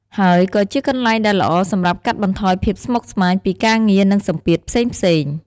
ហើយក៏ជាកន្លែងដែលល្អសម្រាប់កាត់បន្ថយភាពស្មុគស្មាញពីការងារ និងសម្ពាធផ្សេងៗ។